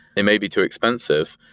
it may be too expensive,